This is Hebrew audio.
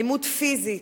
אלימות פיזית,